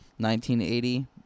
1980